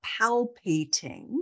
palpating